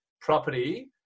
property